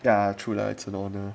ya true lah it's an honor